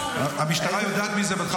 המשטרה יודעת מזה.